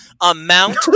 amount